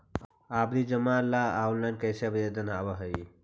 आवधि जमा ला ऑनलाइन कैसे आवेदन हावअ हई